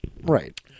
Right